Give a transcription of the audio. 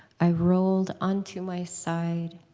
i rolled onto my side,